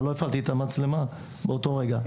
אבל לא הפעלתי את המצלמה באותו רגע.